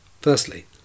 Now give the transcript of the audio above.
Firstly